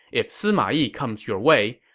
if sima yi comes your way,